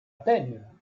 peine